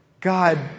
God